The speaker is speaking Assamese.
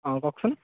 অঁ কওকচোন